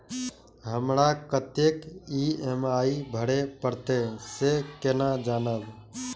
हमरा कतेक ई.एम.आई भरें परतें से केना जानब?